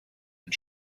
and